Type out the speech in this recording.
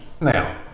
Now